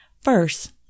First